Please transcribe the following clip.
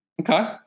Okay